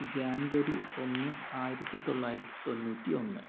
ജാൻവരി ഒന്ന് ആയിരത്തിത്തൊള്ളായിരത്തി തൊണ്ണൂറ്റി ഒന്ന്